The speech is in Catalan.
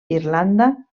irlanda